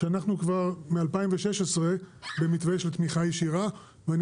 שאנחנו כבר מ-2016 במתווה של תמיכה ישירה ואני